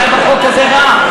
מה היה בחוק הזה רע?